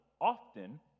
often